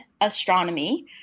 astronomy